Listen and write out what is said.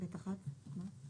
ו-ב(1)?